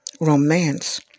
romance